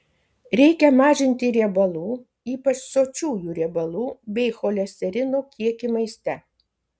reikia mažinti riebalų ypač sočiųjų riebalų bei cholesterino kiekį maiste